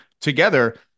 together